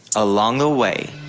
along the way